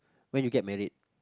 when you get married